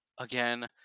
again